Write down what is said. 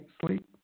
sleep